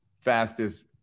fastest